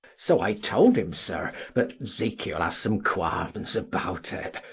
so i told him, sir but zekiel has some qualms about it.